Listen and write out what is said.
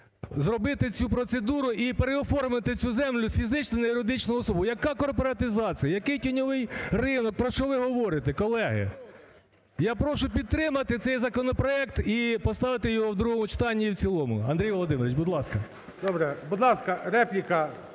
зробити цю процедуру і переоформити цю землю з фізичної на юридичну особу. Яка корпоратизація? Який тіньовий ринок? Про що ви говорите, колеги? Я прошу підтримати цей законопроект і поставити його в другому читанні, і в цілому, Андрій Володимирович, будь ласка. ГОЛОВУЮЧИЙ. Добре. Будь ласка, репліка,